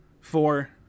Four